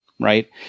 right